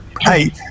hey